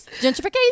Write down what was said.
gentrification